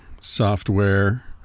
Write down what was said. software